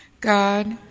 God